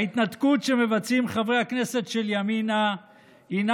ההתנתקות שמבצעים חברי הכנסת של ימינה הינה